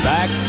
Back